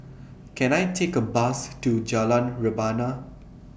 Can I Take A Bus to Jalan Rebana